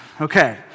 Okay